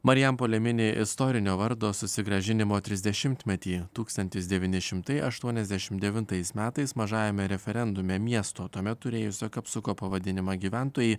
marijampolė mini istorinio vardo susigrąžinimo trisdešimtmetį tūkstantis devyni šimtai aštuoniasdešimt devintais metais mažajame referendume miesto tuomet turėjusio kapsuko pavadinimą gyventojai